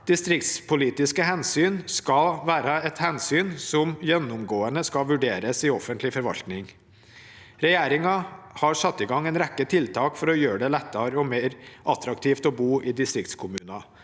Distriktspolitiske hensyn skal gjennomgående vurderes i offentlig forvaltning. Regjeringen har satt i gang en rekke tiltak for å gjøre det lettere og mer attraktivt å bo i distriktskommuner,